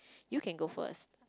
you can go first